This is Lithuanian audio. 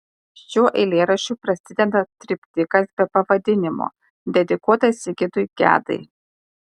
šiuo eilėraščiu prasideda triptikas be pavadinimo dedikuotas sigitui gedai